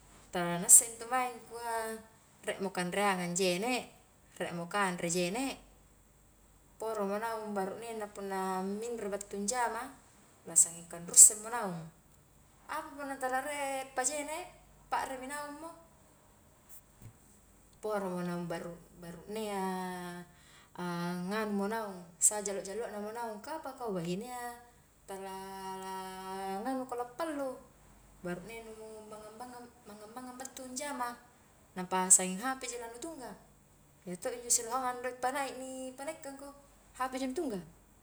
Tala na isse intu mae angkua, rie mo kanreangang jene', rie mo kanre jene' poro mo naung baru'nengna punna minroi battu anjama, na sanging kanrussengmo naung, apa punna tala rie pa jene' pa're mo naung mo, pora mo naung baru'-baru'nea, angnganu mo naung, sajallo-jallona mo naung, ka apa kau bahinea tala la nganuko la pallu, baru'nengnu mangngang-mangngang mangngang-mangngang battu anjama, nampa sanging hp ji lanu tungga, iya to injo siloheangang doik panaik ni panaikan ko, hp ji nu tungga.